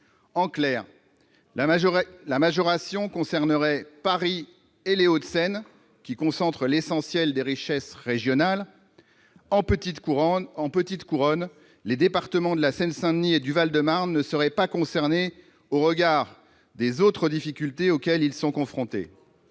En clair, la majoration concernerait Paris et les Hauts-de-Seine, qui concentrent l'essentiel des richesses régionales. En petite couronne, les départements de la Seine-Saint-Denis et du Val-de-Marne ne seraient pas concernés au regard des autres difficultés auxquelles ils sont confrontés.